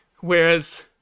Whereas